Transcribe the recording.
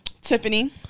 Tiffany